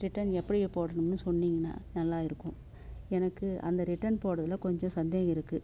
return எப்படி போடணும்னு சொன்னீங்கன்னா நல்லா இருக்கும் எனக்கு அந்த ரிட்டர்ன் போடுறதுல கொஞ்சம் சந்தேகம் இருக்குது